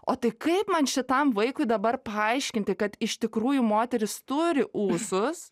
o tai kaip man šitam vaikui dabar paaiškinti kad iš tikrųjų moteris turi ūsus